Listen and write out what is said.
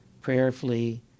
prayerfully